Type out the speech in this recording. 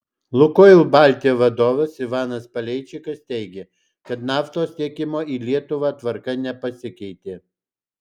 lukoil baltija vadovas ivanas paleičikas teigė kad naftos tiekimo į lietuvą tvarka nepasikeitė